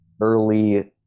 early